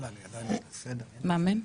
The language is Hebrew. מהמם.